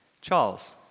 Charles